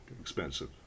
expensive